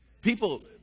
People